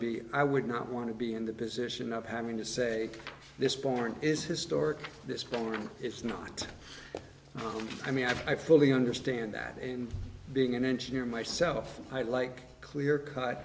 b i would not want to be in the position of having to say this board is historic this but it's not i mean i fully understand that and being an engineer myself i like clear cut